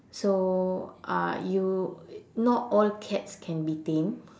so uh you not all cats can be tamed